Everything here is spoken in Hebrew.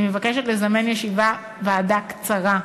אני מתכוונת לזמן ישיבת ועדה קצרה,